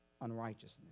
unrighteousness